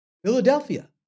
Philadelphia